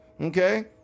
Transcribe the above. Okay